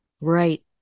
right